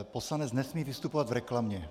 Poslanec nesmí vystupovat v reklamě.